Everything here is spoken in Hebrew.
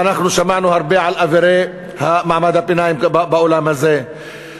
ואנחנו שמענו הרבה על מעמד הביניים גם באולם הזה.